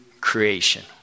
creation